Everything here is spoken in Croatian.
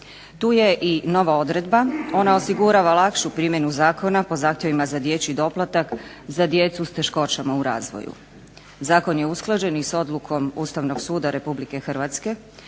Tu je i nova odredba. Ona osigurava lakšu primjenu zakona po zahtjevima za dječji doplatak za djecu s teškoćama u razvoju. Zakon je usklađen i sa odlukom Ustavnog suda Republike Hrvatske